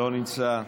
לא נמצא,